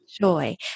joy